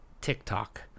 TikTok